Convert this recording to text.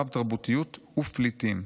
רב-תרבותיות ופליטים.